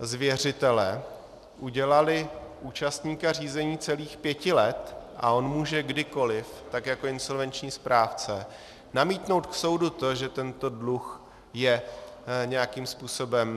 z věřitele udělali účastníka řízení celých pěti let a on může kdykoliv, tak jako insolvenční správce, namítnout k soudu to, že tento dluh je nějakým způsobem...